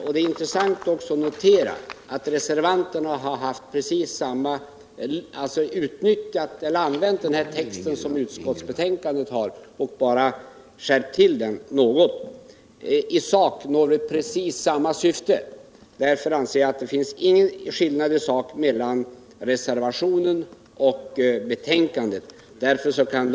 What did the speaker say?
Det är också intressant att notera att reservanterna har använt texten i utskottets betänkande och bara skärpt den något. I sak når vi precis samma syfte. Därför anser jag att det inte finns några sakliga skillnader mellan reservationen och utskottsbetänkandet.